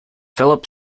philip